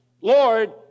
Lord